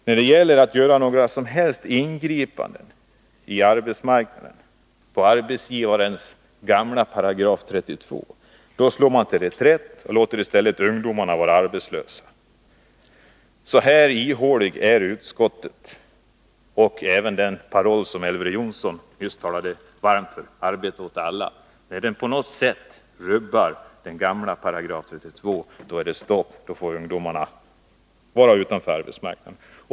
När det gäller att göra några som helst ingripanden i arbetsmarknaden som berör arbetsgivarnas gamla § 32, då slår man till reträtt och låter i stället ungdomarna vara arbetslösa. Så ihåligt är utskottets förslag, och så ihålig är även den paroll som Elver Jonsson talade varmt för — arbete åt alla. När den på något sätt rubbar den gamla § 32, då är det stopp, då får ungdomarna stå utanför arbetsmarknaden.